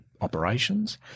operations